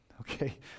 okay